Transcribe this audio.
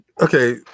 Okay